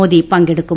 മോദി പങ്കെടുക്കും